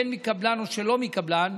בין מקבלן או שלא מקבלן,